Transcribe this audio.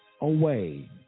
away